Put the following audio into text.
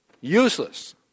useless